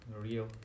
real